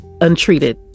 untreated